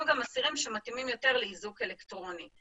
גם אסירים שמתאימים יותר לאיזוק אלקטרוני.